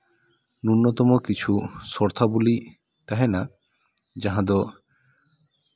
ᱱᱩᱱᱱᱚᱛᱚ ᱠᱤᱪᱷᱩ ᱥᱚᱨᱛᱟᱵᱚᱞᱤ ᱛᱟᱦᱮᱱᱟ ᱡᱟᱦᱟᱸᱫᱚ